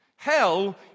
Hell